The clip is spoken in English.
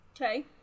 Okay